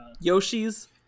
Yoshi's